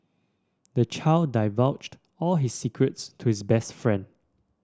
the child divulged all his secrets to his best friend